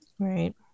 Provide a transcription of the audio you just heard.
Right